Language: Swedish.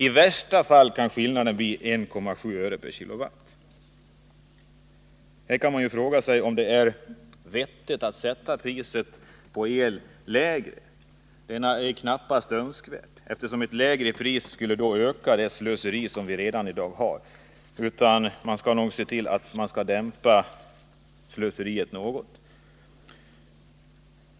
I värsta fall skulle skillnaden bli 1,7 öre/kWh. Här kan man fråga sig om det är vettigt att sätta priset på el lägre. Det är knappast önskvärt, eftersom ett lägre pris skulle öka det slöseri som vi redan har, och vi bör nog se till att slöseriet dämpas något.